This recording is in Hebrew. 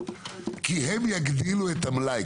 כי הם יגדילו את המלאי,